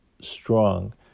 strong